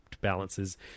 balances